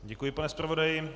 Děkuji, pane zpravodaji.